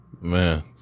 Man